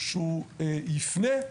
שהוא יפנה,